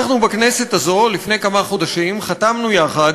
אנחנו בכנסת הזאת, לפני כמה חודשים, חתמנו יחד